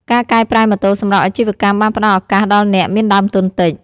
ការកែប្រែម៉ូតូសម្រាប់អាជីវកម្មបានផ្តល់ឱកាសដល់អ្នកមានដើមទុនតិច។